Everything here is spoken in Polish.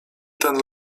ten